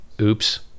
Oops